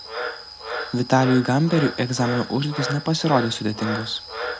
vitalijui gamperiui egzamino užduotys nepasirodė sudėtingos